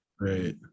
Right